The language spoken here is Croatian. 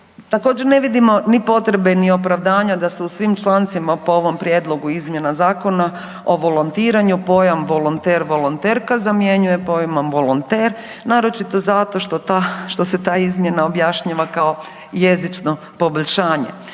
Također ne vidimo ni potrebe ni opravdanja da se u svim člancima po ovom prijedlogu izmjena Zakona o volontiranju, pojam volonter, volonterka zamjenjuje pojmom volonter naročito zato što se ta izmjena objašnjava kao jezično poboljšanje.